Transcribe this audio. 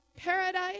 Paradise